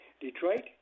Detroit